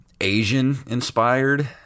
Asian-inspired